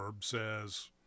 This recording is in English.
says